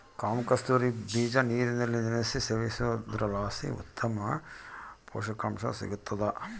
ಕಾಮಕಸ್ತೂರಿ ಬೀಜ ನೀರಿನಲ್ಲಿ ನೆನೆಸಿ ಸೇವಿಸೋದ್ರಲಾಸಿ ಉತ್ತಮ ಪುಷಕಾಂಶ ಸಿಗ್ತಾದ